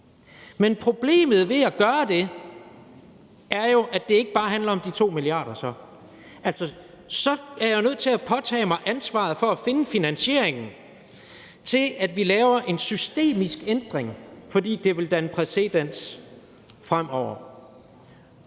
men problemet ved at gøre det er jo, at det så ikke bare handler om de 2 mia. kr. Altså, så er jeg jo nødt til at påtage mig ansvaret for at finde finansieringen til, at vi laver en systemisk ændring, fordi det vil danne præcedens fremover,